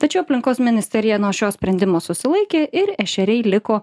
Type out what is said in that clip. tačiau aplinkos ministerija nuo šio sprendimo susilaikė ir ešeriai liko